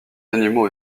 animaux